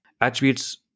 Attributes